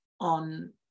on